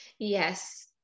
Yes